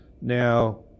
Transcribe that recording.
Now